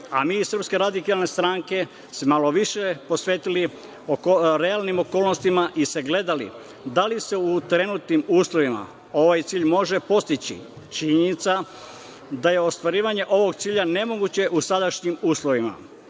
a mi iz SRS smo se malo više posvetili realnim okolnostima i sagledali da li se u trenutnim uslovima ovaj cilj može postići. Činjenica je da je ostvarivanje ovog cilja nemoguće u sadašnjim uslovima.